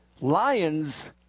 lions